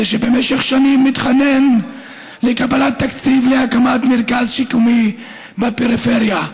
זה שבמשך שנים מתחנן לקבלת תקציב להקמת מרכז שיקומי בפריפריה.